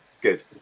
Good